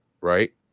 right